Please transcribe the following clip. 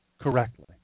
correctly